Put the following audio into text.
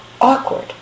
awkward